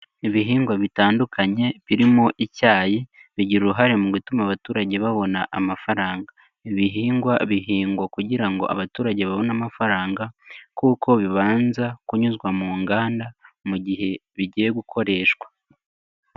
Ibihingwa bitandukanye birimo icyayi bigira uruhare mu gutuma abaturage babona amafaranga, ibihingwa bihingwa kugira ngo abaturage babone amafaranga kuko bibanza kunyuzwa mu nganda mu gihe bigiye gukoreshwa.